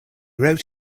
wrote